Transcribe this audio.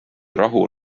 rahu